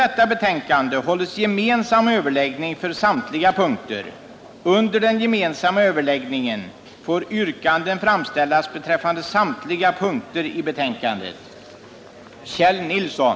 4. att den s.k. indextröskeln borde sänkas till 2 926 och prisstegringar kompenseras retroaktivt i enlighet med de krav som framförts av Pensionärernas riksorganisation ,